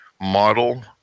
model